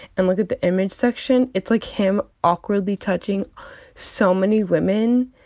and look at the image section, it's like him awkwardly touching so many women.